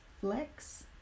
flex